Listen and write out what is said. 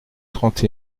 trente